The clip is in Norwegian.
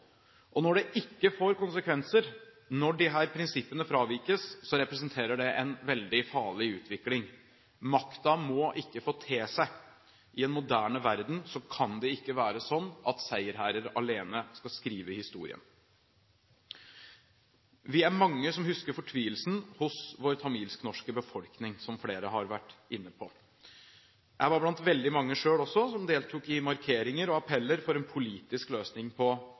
Når det ikke får konsekvenser når disse prinsippene fravikes, representerer det en veldig farlig utvikling. Makten må ikke få te seg. I en moderne verden kan det ikke være sånn at seierherrer alene skal skrive historien. Vi er mange som husker fortvilelsen hos vår tamilsk-norske befolkning, som flere har vært inne på. Jeg var selv en – blant veldig mange – som deltok i markeringer og appeller for en politisk løsning på